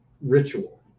ritual